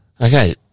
Okay